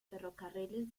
ferrocarriles